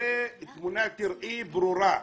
זו תמונת ראי ברורה.